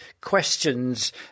questions